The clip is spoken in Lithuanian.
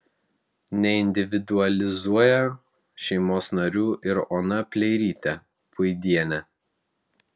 neindividualizuoja šeimos narių ir ona pleirytė puidienė